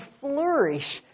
flourish